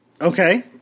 Okay